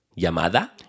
Llamada